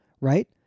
right